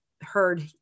heard